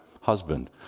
husband